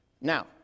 Now